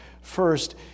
First